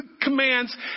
commands